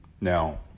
Now